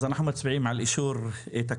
אז אנחנו מצביעים על אישור את הכללים.